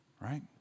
Right